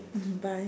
mmhmm bye